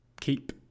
keep